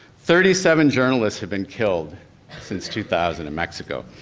thirty seven journalists have been killed since two thousand in mexico.